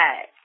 Hey